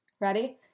Ready